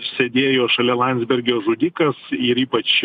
sėdėjo šalia landsbergio žudikas ir ypač